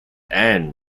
and